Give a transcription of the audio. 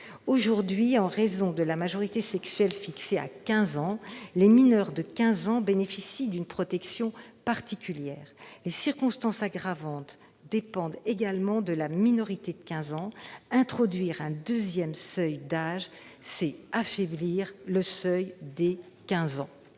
Aujourd'hui, en raison de la majorité sexuelle fixée à quinze ans, les mineurs de quinze ans bénéficient d'une protection particulière. Les circonstances aggravantes dépendent également de la minorité de quinze ans. Introduire un deuxième seuil d'âge reviendrait à affaiblir ce seuil de quinze